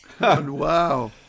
wow